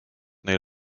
neil